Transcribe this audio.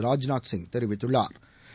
ராஜ்நாத் சிங் தெரிவித்துள்ளாா்